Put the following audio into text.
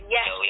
Yes